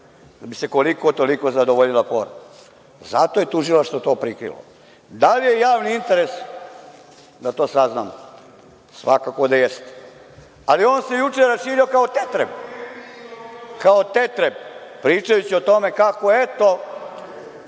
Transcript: da bi se koliko-toliko zadovoljila forma. Zato je tužilaštvo to prikrilo. Da li je javni interes da to saznamo? Svakako da jeste. Ali, on se juče raširio kao tetreb, pričajući o tome kako eto